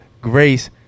grace